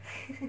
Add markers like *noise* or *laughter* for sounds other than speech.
*laughs*